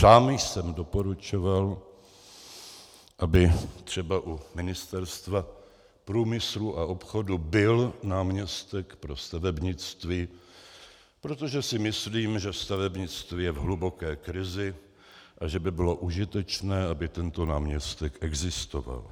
Sám jsem doporučoval, aby třeba u Ministerstva průmyslu a obchodu byl náměstek pro stavebnictví, protože si myslím, že stavebnictví je v hluboké krizi a že by bylo užitečné, aby tento náměstek existoval.